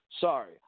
Sorry